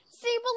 See